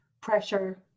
pressure